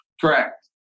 correct